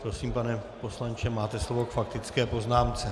Prosím, pane poslanče, máte slovo k faktické poznámce.